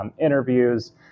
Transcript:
interviews